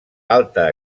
alta